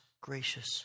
gracious